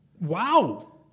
Wow